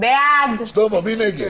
מי נגד?